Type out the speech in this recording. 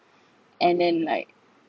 and then like